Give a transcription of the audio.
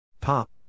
Pop